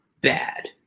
bad